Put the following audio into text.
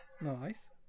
Nice